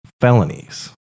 felonies